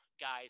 guys